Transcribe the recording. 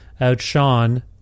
outshone